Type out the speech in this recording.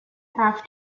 half